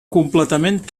completament